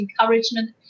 encouragement